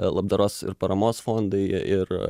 labdaros ir paramos fondai ir